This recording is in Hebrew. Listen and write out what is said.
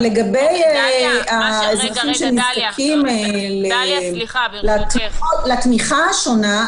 לגבי האזרחים שנזקקים לתמיכה השונה,